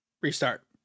restart